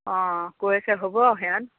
অঁ কৈ আছে হ'ব সিহঁত